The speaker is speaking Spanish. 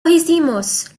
hicimos